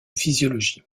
physiologie